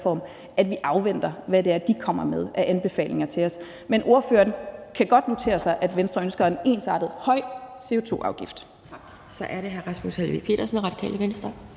at vi afventer, hvad det er, de kommer med af anbefalinger til os. Men ordføreren kan godt notere sig, at Venstre ønsker en ensartet høj CO2-afgift. Kl. 12:24 Anden næstformand (Pia